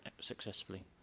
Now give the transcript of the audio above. successfully